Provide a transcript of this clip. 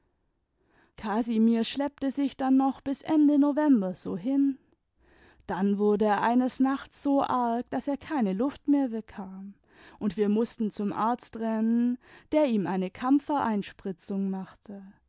casimir schleppte sich dann noch bis ende november so hin dann wurde er eines nachts so arg daß er keine luft mehr bekam und wir mußten zum arzt rennen der ihm eine kampfereinspritzung machte